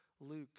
Luke